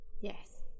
Yes